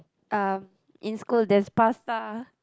um in school there's pasta